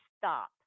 stop